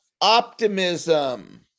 Optimism